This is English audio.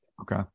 Okay